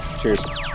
Cheers